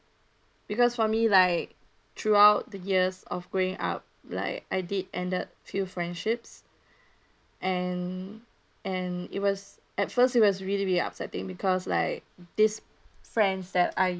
because for me like throughout the years of growing up like I did ended few friendships and and it was at first it was really really upsetting because like this friends that I